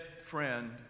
FRIEND